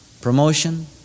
promotion